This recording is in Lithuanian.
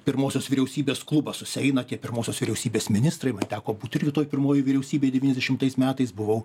pirmosios vyriausybės klubas susieina tie pirmosios vyriausybės ministrai man teko būt irgi toj pirmoj vyriausybėj devyniasdešimtais metais buvau